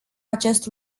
acest